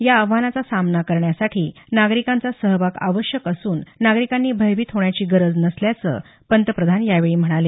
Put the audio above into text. या आव्हानाचा सामना करण्यासाठी नागरिकांचा सहभाग आवश्यक असून नागरिकांनी भयभीत होण्याची गरज नसल्याचं पंतप्रधान यावेळी म्हणाले